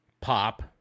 pop